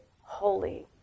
holy